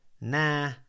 Nah